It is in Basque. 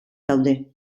daude